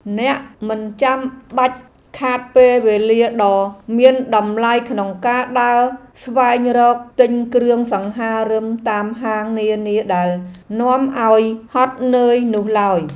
អ្នកមិនចាំបាច់ខាតពេលវេលាដ៏មានតម្លៃក្នុងការដើរស្វែងរកទិញគ្រឿងសង្ហារិមតាមហាងនានាដែលនាំឱ្យហត់នឿយនោះឡើយ។